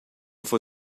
for